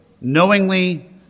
knowingly